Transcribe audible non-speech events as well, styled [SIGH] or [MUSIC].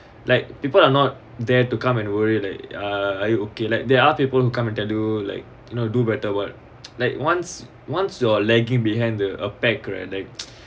like people are not there to come and worry like uh are you okay like there are people who come and tell you like you know do better word like once once your lagging behind the a pack [NOISE] like